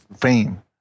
fame